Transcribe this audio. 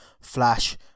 Flash